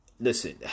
Listen